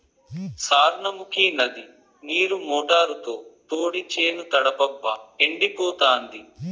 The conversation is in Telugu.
సార్నముకీ నది నీరు మోటారుతో తోడి చేను తడపబ్బా ఎండిపోతాంది